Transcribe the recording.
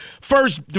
first